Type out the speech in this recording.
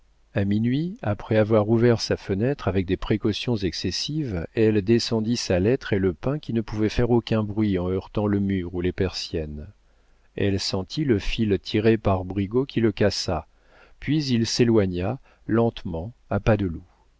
a minuit après avoir ouvert sa fenêtre avec des précautions excessives elle descendit sa lettre et le pain qui ne pouvait faire aucun bruit en heurtant le mur ou les persiennes elle sentit le fil tiré par brigaut qui le cassa puis il s'éloigna lentement à pas de loup